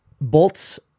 Bolts